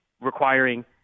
requiring